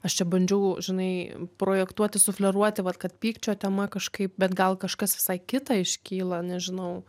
aš čia bandžiau žinai projektuoti sufleruoti vat kad pykčio tema kažkaip bet gal kažkas visai kita iškyla nežinau